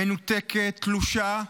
מנותקת, תלושה,